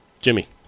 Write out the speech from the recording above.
Jimmy